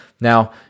Now